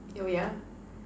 oh yeah